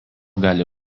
gali